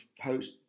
post